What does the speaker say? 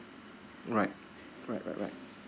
right right right